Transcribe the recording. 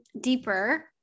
deeper